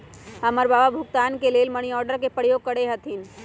हमर बबा भुगतान के लेल मनीआर्डरे के प्रयोग करैत रहथिन